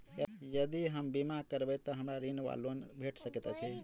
यदि हम बीमा करबै तऽ हमरा ऋण वा लोन भेट सकैत अछि?